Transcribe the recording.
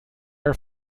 are